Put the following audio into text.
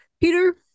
Peter